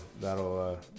that'll